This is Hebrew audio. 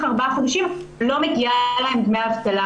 ארבעה חודשים לא מגיע להם דמי אבטלה,